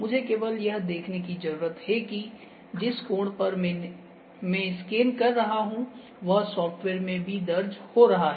मुझे केवल यह देखने की ज़रूरत है कि जिस कोण पर मैं स्कैन कर रहा हूं वह सॉफ्टवेयर में भी दर्ज हो रहा है